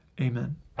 amen